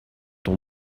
ton